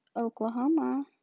Oklahoma